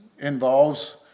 involves